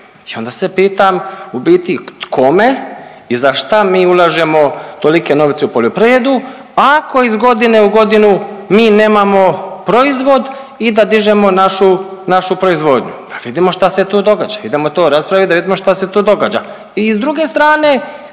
I onda se pitam u biti k tome i za šta mi ulažemo tolike novce u poljoprivredu, ako iz godine u godinu mi nemamo proizvod i da dižemo našu proizvodnju da vidimo šta se tu događa, idemo to raspravit da vidimo šta se tu događa. I iz druge strane